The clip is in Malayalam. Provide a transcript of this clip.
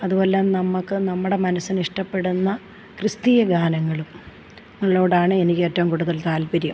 അതുപോലെ നമക്ക് നമ്മുടെ മനസ്സിന് ഇഷ്ടപ്പെടുന്ന ക്രിസ്തീയ ഗാനങ്ങളും ങ്ങളോടാണ് എനിക്ക് ഏറ്റവും കൂടുതൽ താൽപ്പര്യം